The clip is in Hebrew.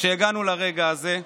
שהגענו לרגע הזה.